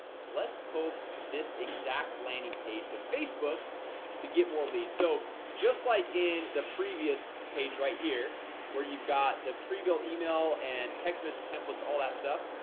let's post this exact landing page to facebook to get more leads so just like in the previous page right here where you've got the pre-built email and text messages templates all that stuff.